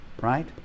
right